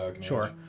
Sure